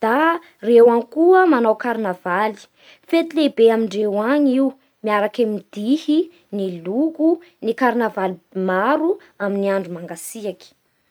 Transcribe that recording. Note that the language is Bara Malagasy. Da ireo ihany koa manao karnavaly; fety lehibe amindreo agny io miaraky amin'ny dihy, ny loko, ny karnavaly maro amin'ny andro mangatsiaky.